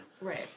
Right